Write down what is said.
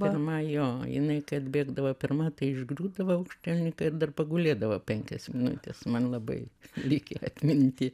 pirma jo jinai kai atbėgdavo pirma tai išgriūdavo aukštielninka ir dar pagulėdavo penkias minutes man labai likę atminty